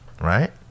Right